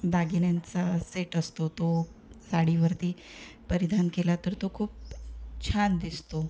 दागिन्यांचा set असतो तो साडीवरती परिधान केला तर तो खूप छान दिसतो